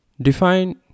Define